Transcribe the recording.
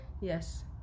Yes